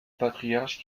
patriarche